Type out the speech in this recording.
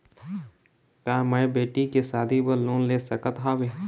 का मैं बेटी के शादी बर लोन ले सकत हावे?